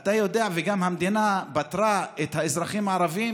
אתה יודע, גם המדינה פטרה את האזרחים הערבים.